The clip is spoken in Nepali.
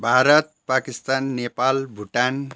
भारत पाकिस्तान नेपाल भुटान